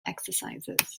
exercises